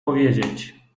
powiedzieć